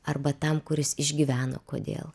arba tam kuris išgyveno kodėl